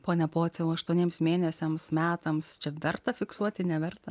pone pociau aštuoniems mėnesiams metams čia verta fiksuoti neverta